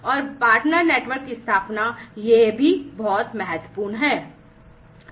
Partner network की स्थापना भी बहुत महत्वपूर्ण है